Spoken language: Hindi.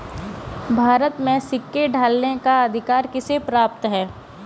भारत में सिक्के ढालने का अधिकार किसे प्राप्त है?